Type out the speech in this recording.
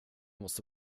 måste